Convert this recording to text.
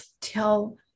tell